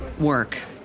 work